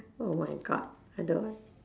oh my god I don't want